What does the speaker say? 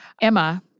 Emma